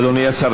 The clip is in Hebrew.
אדוני השר,